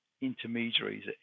intermediaries